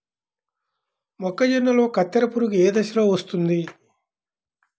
మొక్కజొన్నలో కత్తెర పురుగు ఏ దశలో వస్తుంది?